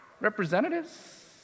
representatives